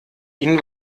ihnen